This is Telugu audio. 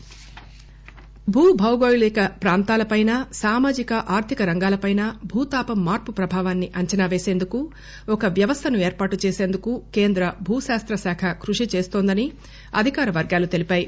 క్లెమేట్ సీ లెపెల్స్ భూభౌగోళిక ప్రాంతాల పైనా సామాజిక ఆర్లిక రంగాల పైనా భూతాపం మార్పు ప్రభావాన్ని అంచనా వేసేందుకు ఒక వ్యవస్థను ఏర్పాటు చేసేందుకు కేంద్ర భూశాస్త శాఖ కృషి చేస్తోందని అధికార వర్గాలు తెలిపాయి